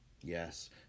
Yes